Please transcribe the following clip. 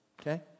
okay